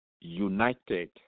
united